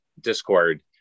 discord